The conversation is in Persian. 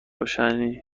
روشنی